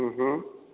हुँ हुँ